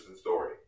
story